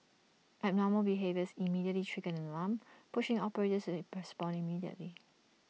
abnormal behaviours immediately trigger an alarm pushing operators to respond immediately